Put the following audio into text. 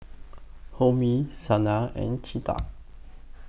Homi Sanal and Chetan